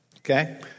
Okay